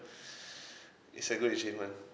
it's a good achievement